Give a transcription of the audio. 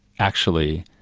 actually,